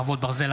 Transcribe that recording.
חרבות ברזל),